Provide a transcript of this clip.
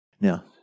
Now